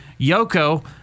Yoko